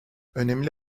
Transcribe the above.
önemli